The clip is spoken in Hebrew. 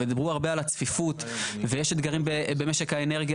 ודיברו הרבה על הצפיפות ויש אתגרים במשק האנרגיה